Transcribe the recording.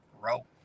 grow